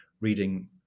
reading